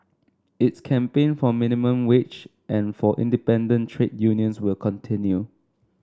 its campaign for minimum wage and for independent trade unions will continue